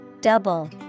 Double